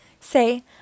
Say